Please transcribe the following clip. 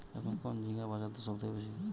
এখন কোন ঝিঙ্গের বাজারদর সবথেকে বেশি?